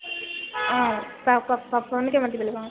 অঁ